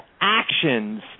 actions